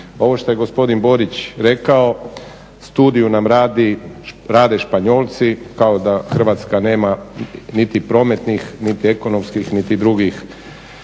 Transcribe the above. Ovo što je gospodin Borić rekao studiju nam rade Španjolci kao da Hrvatska nema niti prometnih niti ekonomskih niti drugih